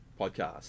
podcast